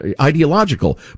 ideological